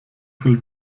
viel